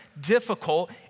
difficult